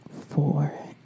four